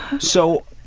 so,